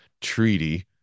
treaty